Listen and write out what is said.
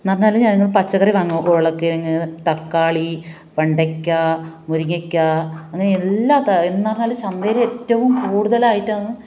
എന്ന് പറഞ്ഞാൽ ഞങ്ങൾ പച്ചക്കറി വാങ്ങും ഉരുളക്കിഴങ്ങ് തക്കാളി വെണ്ടയ്ക്ക മുരിങ്ങയ്ക്ക അങ്ങനെ എല്ലാ ത എന്ന് പറഞ്ഞാൽ ചന്തയിൽ ഏറ്റവും കൂടുതലായിട്ടാണ്